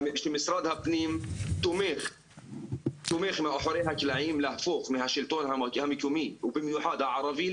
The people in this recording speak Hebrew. שמשרד הפנים תומך מאחורי הקלעים להפוך מהשלטון המקומי ובמיוחד הערבי,